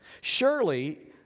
Surely